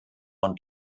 und